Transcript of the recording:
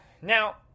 Now